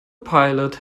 pilot